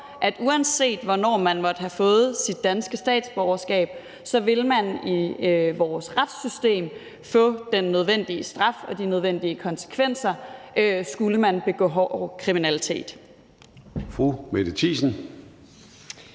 man, uanset hvornår man måtte have fået sit danske statsborgerskab, så i vores retssystem vil få den nødvendige straf og møde de nødvendige konsekvenser, skulle man begå hård kriminalitet.